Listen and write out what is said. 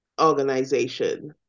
organization